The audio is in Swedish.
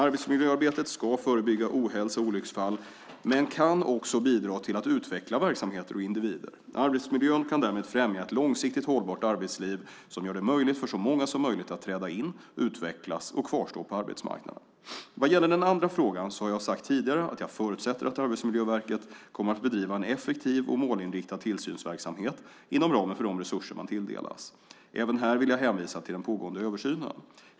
Arbetsmiljöarbetet ska förebygga ohälsa och olycksfall men kan också bidra till att utveckla verksamheter och individer. Arbetsmiljön kan därmed främja ett långsiktigt hållbart arbetsliv som gör det möjligt för så många som möjligt att träda in, utvecklas och kvarstå på arbetsmarknaden. Vad gäller den andra frågan så har jag sagt tidigare att jag förutsätter att Arbetsmiljöverket kommer att bedriva en effektiv och målinriktad tillsynsverksamhet inom ramen för de resurser man tilldelas. Även här vill jag hänvisa till den pågående översynen.